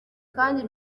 kandi